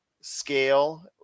scale